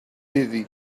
dizzy